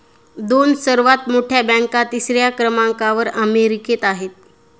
दोन सर्वात मोठ्या बँका तिसऱ्या क्रमांकावर अमेरिकेत आहेत